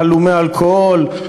הלומי אלכוהול,